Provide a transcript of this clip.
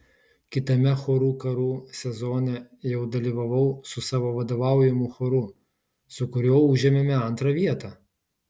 kitame chorų karų sezone jau dalyvavau su savo vadovaujamu choru su kuriuo užėmėme antrą vietą